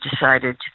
decided